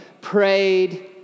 prayed